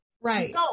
Right